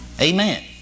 amen